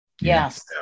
Yes